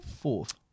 Fourth